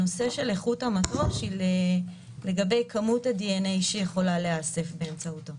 נושא של איכות המטוש היא לגבי כמות הדנ"א שיכולה להיאסף באמצעותו.